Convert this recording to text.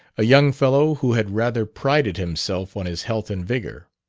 a young fellow who had rather prided himself on his health and vigor.